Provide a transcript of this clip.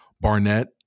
Barnett